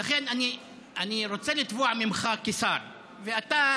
ולכן אני רוצה לתבוע ממך כשר, ואתה